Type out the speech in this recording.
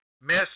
miss